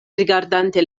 rigardante